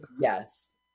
Yes